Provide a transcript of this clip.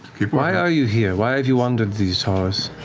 why are you here? why have you wandered these halls?